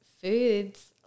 foods